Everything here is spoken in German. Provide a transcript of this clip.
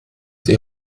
die